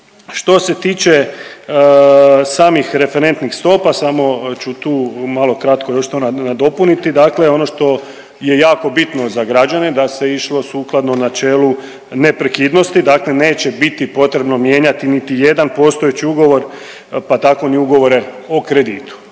Što se tiče samih referentnih stopa samo ću tu malo kratko još to nadopuniti. Dakle, ono što je jako bitno za građane da se išlo sukladno načelu neprekidnosti. Dakle, neće biti potrebno mijenjati niti jedan postojeći ugovor, pa tako ni ugovore o kreditu.